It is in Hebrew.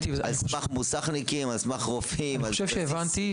על סמך רופאים --- אני חושב שהבנתי,